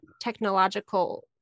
technological